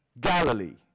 Galilee